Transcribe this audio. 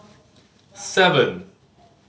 seven